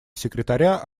секретаря